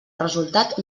resultat